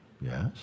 Yes